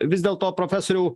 vis dėlto profesoriau